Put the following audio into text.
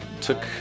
took